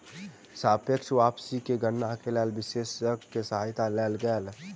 सापेक्ष वापसी के गणना के लेल विशेषज्ञ के सहायता लेल गेल